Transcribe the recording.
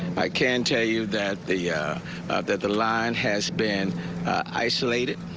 i can tell you that the that the line has been isolated